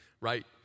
right